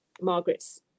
Margaret's